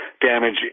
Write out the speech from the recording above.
damage